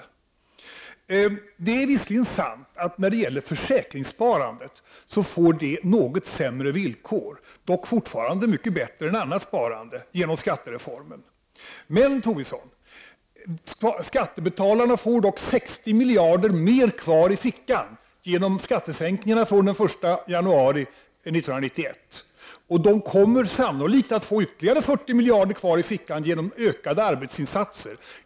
För det andra är det visserligen sant att försäkringssparandet får något sämre villkor — men fortfarande är villkoren mycket bättre än vad som gäller för annat sparande — genom skattereformen. Skattebetalarna, Lars Tobisson, får ändå 60 miljarder mera kvar i fickan genom de skattesänkningar som gäller fr.o.m. den 1 januari 1991. Sannolikt kommer skattebetalarna att få kvar ytterligare 40 miljarder genom ökade arbetsinsatser.